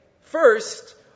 first